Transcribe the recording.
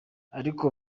ariko